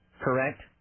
correct